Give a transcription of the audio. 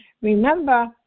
Remember